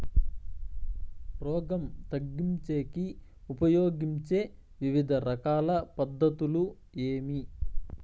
రోగం తగ్గించేకి ఉపయోగించే వివిధ రకాల పద్ధతులు ఏమి?